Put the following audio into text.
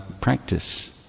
practice